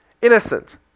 innocent